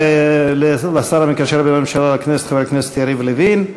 תודה לשר המקשר בין הממשלה לכנסת חבר הכנסת יריב לוין.